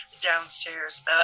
downstairs